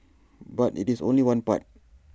but IT is only one part